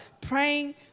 praying